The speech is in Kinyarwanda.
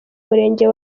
murenge